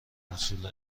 حصول